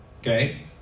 okay